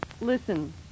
Listen